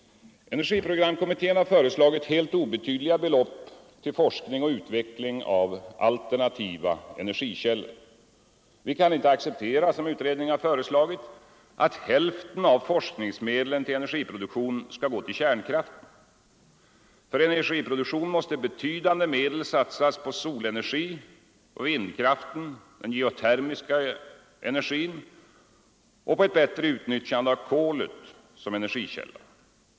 Energiprogramkommittén har föreslagit helt obetydliga belopp till forskning och utveckling av alternativa energikällor. Vi kan inte acceptera = som utredningen har föreslagit — att hälften av forskningsmedlen till energiproduktion skall gå till kärnkraften. För energiproduktionen måste betydande medel satsas på solenergin, vindkraften, den geotermiska energin och på ett bättre utnyttjande av kolet som energikälla.